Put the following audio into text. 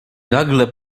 nagle